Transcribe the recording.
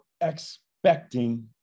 expecting